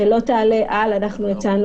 אנחנו מדברים על 8% הצלחה.